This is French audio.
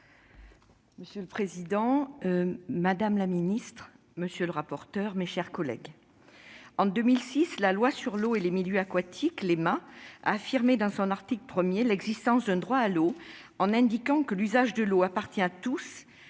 Monsieur le président, madame la secrétaire d'État, mes chers collègues, en 2006, la loi sur l'eau et les milieux aquatiques, la LEMA, affirmait à son article 1 l'existence d'un droit à l'eau, en indiquant que « l'usage de l'eau appartient à tous